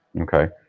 okay